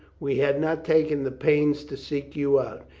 we had not taken the pains to seek you out.